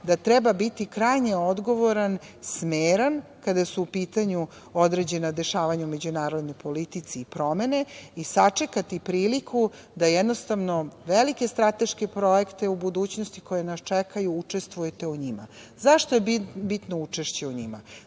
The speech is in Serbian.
da treba biti krajnje odgovoran, smeran kada su u pitanju određena dešavanja u međunarodnoj politici i promene i sačekati priliku da jednostavno velike strateške projekte u budućnosti koja nas čekaju učestvujete u njima.Zašto je bitno učešće u njima?